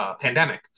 pandemic